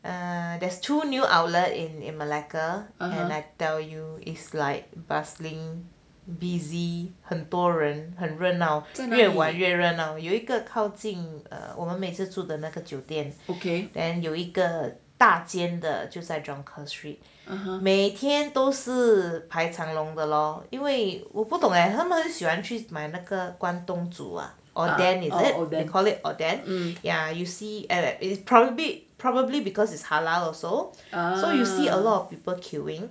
and there's two new outlet in malacca ah I tell you is like bustling busy 很多人很热闹真越玩越热闹有一个靠近我们每次住的那个酒店 okay then 有一个大间的在 jonker street 每天都是排长龙的 loh 因为我不懂 leh 他们喜欢去买那个关东煮 ah then you call it odeh yeah you see at probably because is halal also so you see a lot of people queuing